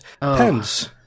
Pence